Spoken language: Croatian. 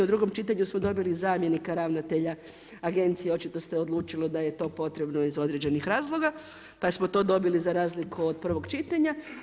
U drugom čitanju smo dobili zamjenika ravnatelja agencije, očito se odlučilo da je to potrebno iz određenih razloga pa smo to dobili za razliku od prvog čitanja.